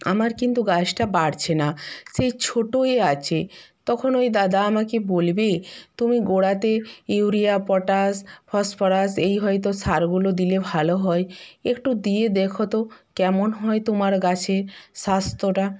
আমার কিন্তু গাছটা বাড়ছে না সেই ছোটোই আচে তখন ওই দাদা আমাকে বলবে তুমি গোড়াতে ইউরিয়া পটাশ ফসফরাস এই হয়তো সারগুলো দিলে ভালো হয় একটু দিয়ে দেখো তো কেমন হয় তোমার গাছের স্বাস্থ্যটা